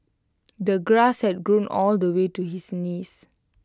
the grass had grown all the way to his knees